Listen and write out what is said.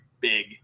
big